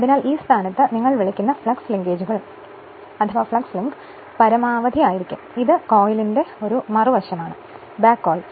അതിനാൽ ഈ സ്ഥാനത്ത് നിങ്ങൾ വിളിക്കുന്ന ഫ്ലക്സ് ലിങ്കേജുകൾ പരമാവധി ആയിരിക്കും ഇത് കോയിലിന്റെ മറുവശമാണ് ബാക്ക് കോയിൽ